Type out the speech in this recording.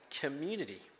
community